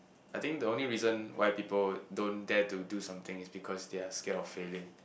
I think the only reason why people don't dare to do something is because they are scared of failing